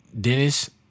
Dennis